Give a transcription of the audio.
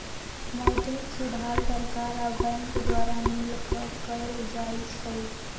मौद्रिक सुधार सरकार आ बैंक द्वारा मिलकऽ कएल जाइ छइ